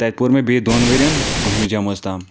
تَتِہ پوٚر مےٚ بیٚیِہ دۄن وٕرۍیَن بٕہمہِ جَمٲژ تام